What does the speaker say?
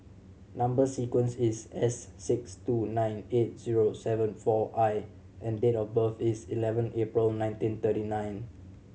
number sequence is S six two nine eight zero seven four I and date of birth is eleven April nineteen thirty nine